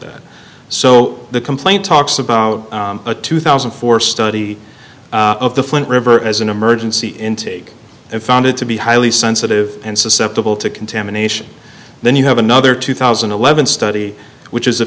that so the complaint talks about a two thousand and four study of the flint river as an emergency intake and found it to be highly sensitive and susceptible to contamination then you have another two thousand and eleven study which is a